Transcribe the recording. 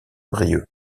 brieuc